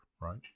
right